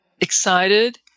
excited